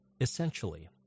essentially